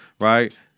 right